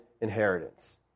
inheritance